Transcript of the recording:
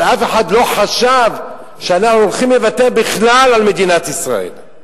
אבל אף אחד לא חשב שאנחנו הולכים לוותר בכלל על מדינת ישראל.